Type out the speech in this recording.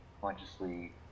consciously